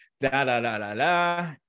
da-da-da-da-da